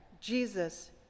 Jesus